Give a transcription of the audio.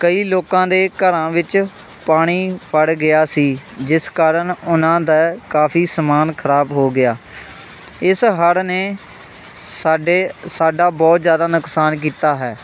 ਕਈ ਲੋਕਾਂ ਦੇ ਘਰਾਂ ਵਿੱਚ ਪਾਣੀ ਵੜ ਗਿਆ ਸੀ ਜਿਸ ਕਾਰਨ ਉਹਨਾਂ ਦਾ ਕਾਫ਼ੀ ਸਮਾਨ ਖ਼ਰਾਬ ਹੋ ਗਿਆ ਇਸ ਹੜ੍ਹ ਨੇ ਸਾਡੇ ਸਾਡਾ ਬਹੁਤ ਜ਼ਿਆਦਾ ਨੁਕਸਾਨ ਕੀਤਾ ਹੈ